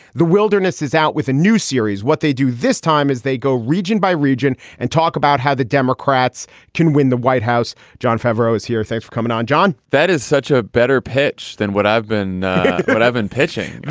the wilderness is out with a new series. what they do this time is they go region by region and talk about how the democrats can win the white house. jon favreau is here. thanks for coming on, jon that is such a better pitch than what i've been i've been pitching.